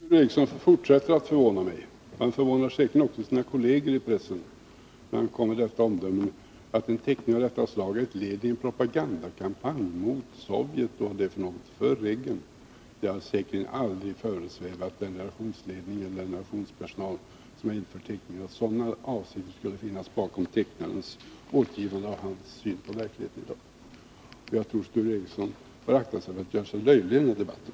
Herr talman! Sture Ericson fortsätter att förvåna mig. Han förvånar säkerligen också sina kolleger i pressen, när han kommer med omdömet att en teckning av detta slag är ett led i en propagandakampanj mot Sovjet och för Reagan. Det har säkerligen aldrig föresvävat redaktionsledningen eller den redaktionspersonal som har infört teckningen att sådana avsikter skulle finnas bakom tecknarens återgivande av sin syn på verkligheten i dag. Jag tror Sture Ericson bör akta sig för att göra sig löjlig i den här debatten.